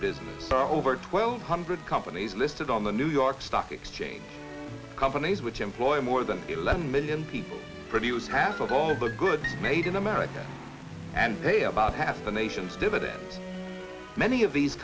business over twelve hundred companies listed on the new york stock exchange companies which employ more than eleven million people produce half of all of the good made in america and pay about half a nation's dividends many of these